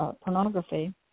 pornography